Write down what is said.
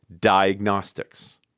diagnostics